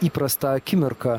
įprastą akimirką